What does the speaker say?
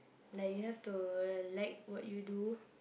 like you have to like what you do